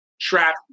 trap